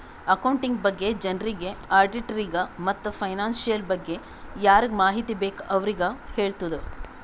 accounting ಬಗ್ಗೆ ಜನರಿಗ್, ಆಡಿಟ್ಟರಿಗ ಮತ್ತ್ ಫೈನಾನ್ಸಿಯಲ್ ಬಗ್ಗೆ ಯಾರಿಗ್ ಮಾಹಿತಿ ಬೇಕ್ ಅವ್ರಿಗ ಹೆಳ್ತುದ್